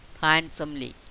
handsomely